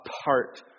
apart